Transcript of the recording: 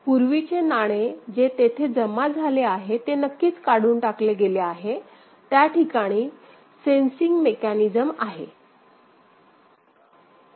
पूर्वीचे नाणे जे तेथे जमा झाले आहे ते नक्कीच काढून टाकले गेले आहे त्या विशिष्ट ठिकाणी सेन्सिंग मेकॅनिझम आहे